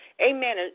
Amen